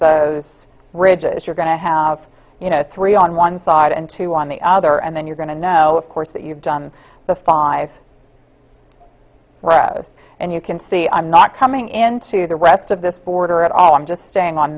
those ridges you're going to have you know three on one side and two on the other and then you're going to know of course that you've done the five rows and you can see i'm not coming into the rest of this border at all i'm just staying on